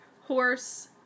Horse